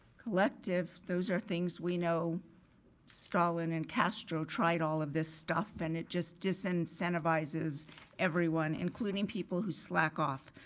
collective, those are things we know stalin and castro tried all of this stuff and it just dis-incentivizes everyone including people who slack off.